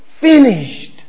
finished